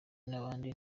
n’abandi